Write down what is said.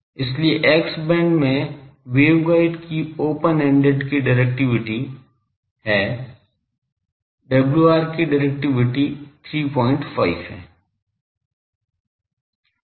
इसलिए X band में waveguide की ओपन एंडेड की डिरेक्टिविटी है WR 90 की डिरेक्टिविटी 35 है